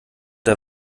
der